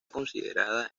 considerada